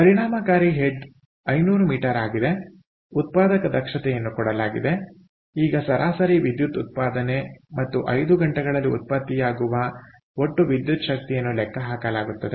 ಆದ್ದರಿಂದ ಪರಿಣಾಮಕಾರಿ head 500m ಆಗಿದೆ ಉತ್ಪಾದಕ ದಕ್ಷತೆಯನ್ನು ಕೊಡಲಾಗಿದೆ ಈಗ ಸರಾಸರಿ ವಿದ್ಯುತ್ ಉತ್ಪಾದನೆ ಮತ್ತು 5 ಗಂಟೆಗಳಲ್ಲಿ ಉತ್ಪತ್ತಿಯಾಗುವ ಒಟ್ಟು ವಿದ್ಯುತ್ ಶಕ್ತಿಯನ್ನು ಲೆಕ್ಕಹಾಕಲಾಗುತ್ತದೆ